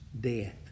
death